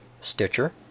Stitcher